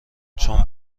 چون